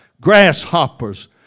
grasshoppers